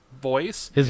voice